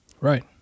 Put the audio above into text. Right